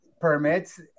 permits